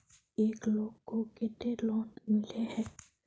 एक लोग को केते लोन मिले है?